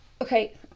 Okay